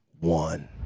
one